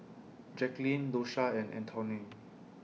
Jacklyn Dosha and Antoine